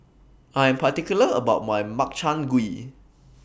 I Am particular about My Makchang Gui